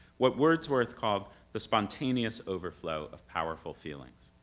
what wordsworth called the spontaneous overflow of powerful feelings.